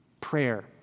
prayer